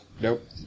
Nope